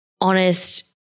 honest